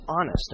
honest